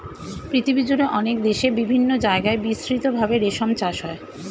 পৃথিবীজুড়ে অনেক দেশে বিভিন্ন জায়গায় বিস্তৃত ভাবে রেশম চাষ হয়